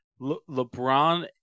LeBron